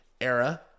era